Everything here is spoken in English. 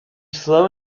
slow